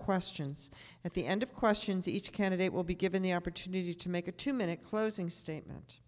questions at the end of questions each candidate will be given the opportunity to make a two minute closing statement